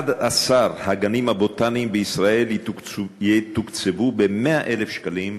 11 הגנים הבוטניים בישראל יתוקצבו ב-100,000 שקלים,